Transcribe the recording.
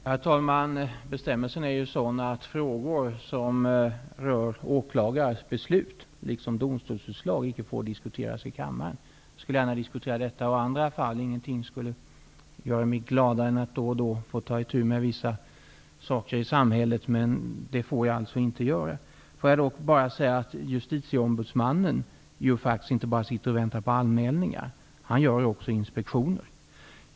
Herr talman! Bestämmelsen är ju sådan att frågor som rör åklagares beslut, liksom domstolsutslag, icke får diskuteras i kammaren. Jag skulle gärna diskutera detta och andra fall. Ingenting skulle göra mig gladare än att då och då få ta itu med vissa saker i samhället, men det får jag alltså inte göra. Låt mig dock bara säga att justitieombudsmannen inte bara sitter och väntar på anmälningar. Han gör också inspektioner.